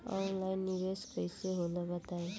Online निवेस कइसे होला बताईं?